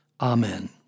Amen